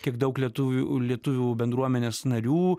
kiek daug lietuvių lietuvių bendruomenės narių